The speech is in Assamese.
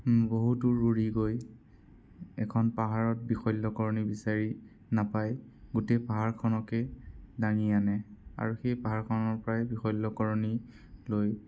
বহু দূৰ উৰি গৈ এখন পাহাৰত বিশল্যকৰণী বিচাৰি নাপাই গোটেই পাহাৰখনকেই দাঙি আনে আৰু সেই পাহাৰখনৰ পৰাই বিশল্যকৰণী লৈ